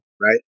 right